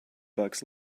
bucks